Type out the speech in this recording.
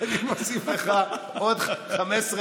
אני מוסיף לך עוד 15 דקות.